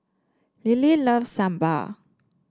Lilie loves Sambar